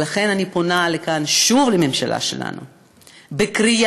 ולכן, אני פונה מכאן שוב לממשלה שלנו בקריאה: